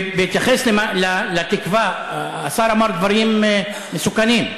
ובהתייחס לתקווה, השר אמר דברים מסוכנים.